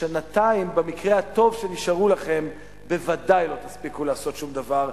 בשנתיים במקרה הטוב שנשארו לכם בוודאי לא תספיקו לעשות שום דבר,